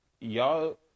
y'all